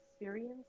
experience